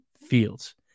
Fields